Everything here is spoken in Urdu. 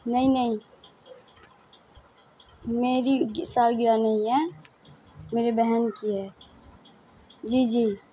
نہیں نہیں میری سالگررہ نہیں ہے میری بہن کی ہے جی جی